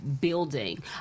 building